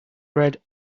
bread